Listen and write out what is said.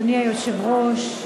אדוני היושב-ראש,